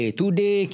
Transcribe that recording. today